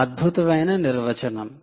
అద్భుతమైన నిర్వచనం